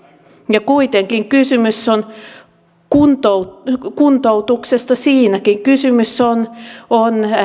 ja kuitenkin kysymys on kuntoutuksesta siinäkin kysymys on on